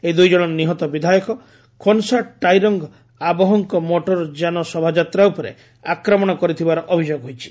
ଏହି ଦୁଇ ଜଣ ନିହତ ବିଧାୟକ ଖୋନସା ଟାଇରଙ୍ଗ ଆବୋହଙ୍କ ମୋଟର ଯାନ ଶୋଭାଯାତ୍ରା ଉପରେ ଆକ୍ରମଣ କରିଥିବାର ଅଭିଯୋଗ ହୋଇଛି